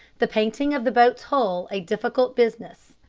the painting of the boat's hull, a difficult business,